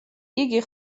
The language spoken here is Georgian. იგი